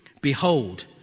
behold